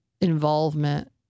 involvement